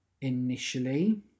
initially